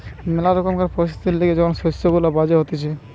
ম্যালা রকমকার পরিস্থিতির লিগে যখন শস্য গুলা বাজে হতিছে